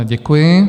Děkuji.